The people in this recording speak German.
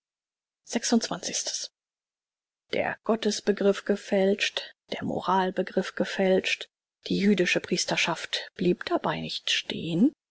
der gottesbegriff gefälscht der moralbegriff gefälscht die jüdische priesterschaft blieb dabei nicht stehn